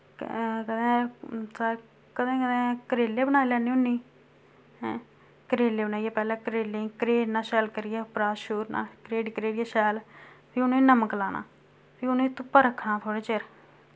कदें कदें करेले बनाई लैन्नी होन्नी ऐं करेले बनाइयै पैह्ले करेलें गी करेड़ना शैल करियै उप्परा छूरना करेड़ी करेड़ियै शैल फ्ही उ'नेंगी नमक लाना फ्ही उ'नेंगी धुप्पा रक्खना थोह्ड़े चिर